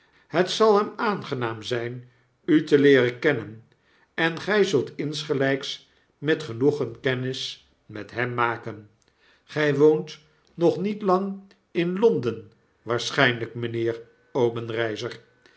het zal hem aangenaam zijn u te leeren kennen en gij zult insgelijks met genoegen kennis met hem maken gij woont nog niet lang in